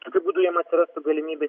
tokiu būdu jiem atsiras galimybė